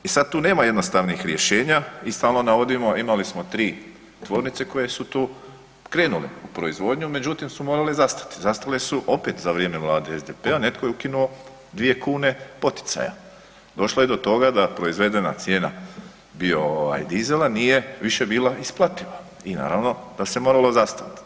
I sad tu nema jednostavnih rješenja i stalno navodimo, imali smo 3 tvornice koje su tu krenule u proizvodnju međutim su morale zastati, zastale opet za vrijeme Vlade SDP-a, netko je ukinuo 2 kn poticaja, došlo je do toga da proizvedena cijena bio dizela nije više bila isplativa i naravno da se moralo zastati.